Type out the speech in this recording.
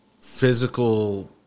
physical